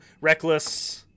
Reckless